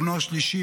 בנו השלישי,